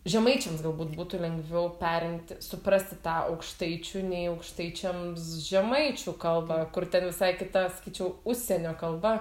žemaičiams galbūt būtų lengviau perimti suprasti tą aukštaičių nei aukštaičiams žemaičių kalbą kur ten visai kita sakyčiau užsienio kalba